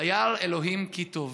"וירא אלהים כי טוב".